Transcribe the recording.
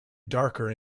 darker